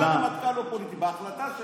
לא שהרמטכ"ל לא פוליטי, בהחלטה שלכם.